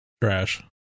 trash